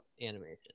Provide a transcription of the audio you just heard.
animation